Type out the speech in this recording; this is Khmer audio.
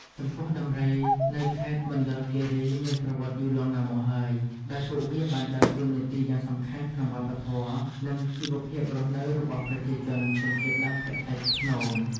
ចំពោះ ដំរីនៅខេត្តមណ្ឌលគិរីមានប្រវត្តិយូរលង់ណាស់មកហើយ ដោយពួកវាបានដើរតួនាទីយ៉ាងសំខាន់ក្នុងវប្បធម៌ និងជីវភាពរស់នៅរបស់ប្រជាជនជនជាតិដើមភាគតិចភ្នង។